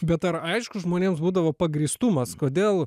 bet ar aišku žmonėms būdavo pagrįstumas kodėl